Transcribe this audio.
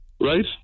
right